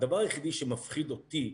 הדבר היחידי שמפחיד אותי,